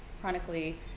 chronically